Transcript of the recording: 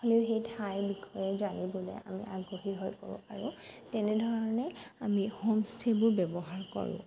হ'লেও সেই ঠাইৰ বিষয়ে জানিবলৈ আমি আগ্ৰহী হৈ পৰোঁ আৰু তেনেধৰণে আমি হোমষ্টেবোৰ ব্যৱহাৰ কৰোঁ